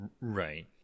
Right